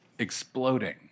exploding